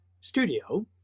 studio